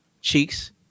Cheeks